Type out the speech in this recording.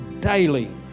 daily